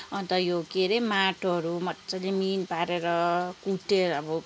अन्त यो के अरे माटोहरू मज्जाले मिहिन पारेर कुटेर अब